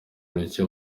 mike